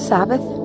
Sabbath